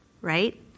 right